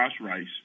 Rice